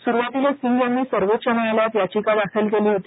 सुरुवातीला सिंग यांनी सर्वोच्च न्यायालयात याचिका दाखल केली होती